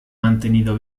mantenido